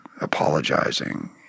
apologizing